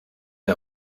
der